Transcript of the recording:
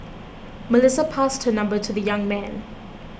Melissa passed her number to the young man